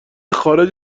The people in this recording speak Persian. خارج